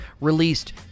released